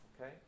Okay